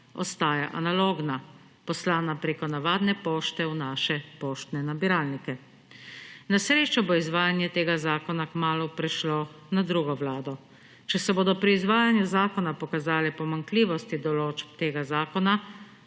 ostaja analogna, poslana prek navadne pošte v naše poštne nabiralnike. Na srečo bo izvajanje tega zakona kmalu prešlo na drugo vlado. Če se bodo pri izvajanju zakona pokazale pomanjkljivosti določb tega zakona,